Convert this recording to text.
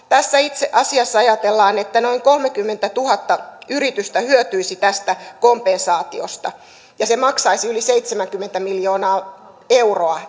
tässä itse asiassa ajatellaan että noin kolmekymmentätuhatta yritystä hyötyisi tästä kompensaatiosta ja se maksaisi yli seitsemänkymmentä miljoonaa euroa